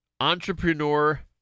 entrepreneur